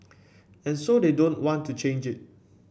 and so they don't want to change it